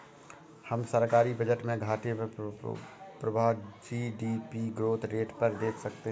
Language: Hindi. हम सरकारी बजट में घाटे का प्रभाव जी.डी.पी ग्रोथ रेट पर देख सकते हैं